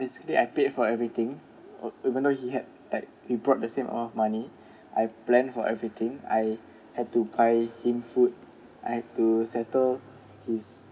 basically I paid for everything even though he had like we brought the same amount of money I plan for everything I had to buy him food I had to settle his